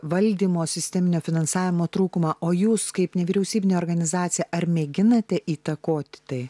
valdymo sisteminio finansavimo trūkumą o jūs kaip nevyriausybinė organizacija ar mėginate įtakoti tai